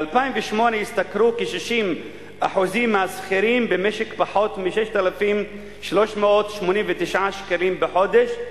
ב-2008 השתכרו כ-60% מהשכירים במשק פחות מ-6,389 שקלים בחודש,